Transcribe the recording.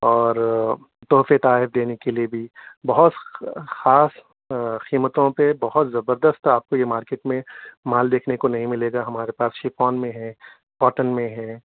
اور تحفے تحائف دینے کے لیے بھی بہت خاص قیمتوں پہ بہت زبردست آپ کو یہ مارکیٹ میں مال دیکھنے کو نہیں ملے گا ہمارے پاس شیفون میں ہے کاٹن میں ہے